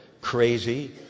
crazy